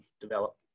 develop